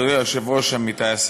אדוני היושב-ראש, עמיתי